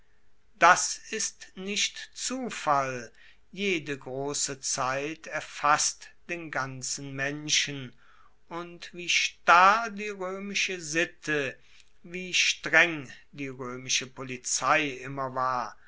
das ist nicht zufall jede grosse zeit erfasst den ganzen menschen und wie starr die roemische sitte wie streng die roemische polizei immer war